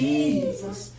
Jesus